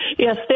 Yes